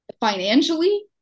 financially